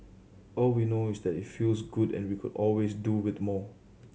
all we know is that it feels good and we could always do with more